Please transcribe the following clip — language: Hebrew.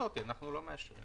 אנחנו לא מצליחים